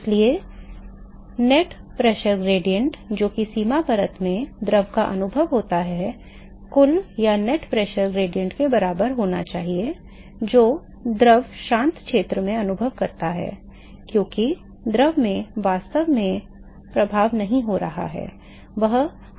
इसलिए शुद्ध दबाव प्रवणता जो कि सीमा परत में द्रव का अनुभव होता है कुल दबाव प्रवणता के बराबर होना चाहिए जो द्रव शांत क्षेत्र में अनुभव करता है क्योंकि द्रव में वास्तव में प्रभाव नहीं हो रहा है वह आराम पर है